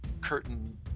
curtain